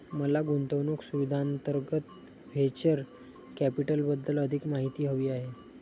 मला गुंतवणूक सुविधांअंतर्गत व्हेंचर कॅपिटलबद्दल अधिक माहिती हवी आहे